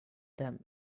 them